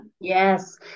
yes